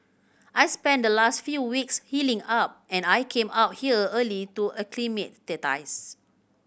I spent the last few weeks healing up and I came out here early to